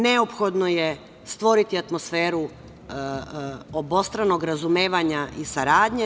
Neophodno je stvoriti atmosferu obostranog razumevanja i saradnje.